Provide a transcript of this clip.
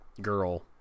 girl